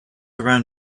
around